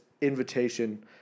invitation